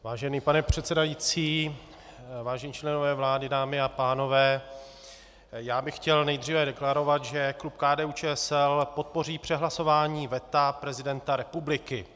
Vážený pane předsedající, vážení členové vlády, dámy a pánové, já bych chtěl nejdříve deklarovat, že klub KDUČSL podpoří přehlasování veta prezidenta republiky.